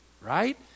right